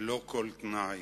ללא כל תנאי